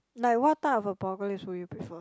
like what type of apocalypse will you prefer